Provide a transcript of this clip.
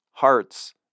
Hearts